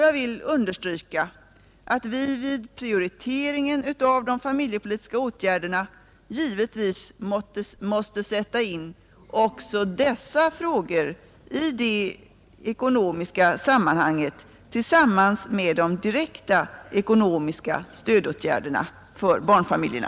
Jag vill understryka att vi vid prioriteringen av de familjepolitiska åtgärderna givetvis måste sätta in också dessa frågor i det ekonomiska sammanhanget tillsammans med de direkta ekonomiska stödåtgärderna för familjerna.